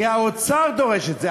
כי האוצר דורש את זה.